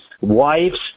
Wives